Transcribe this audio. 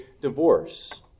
divorce